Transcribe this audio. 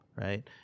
Right